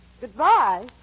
Goodbye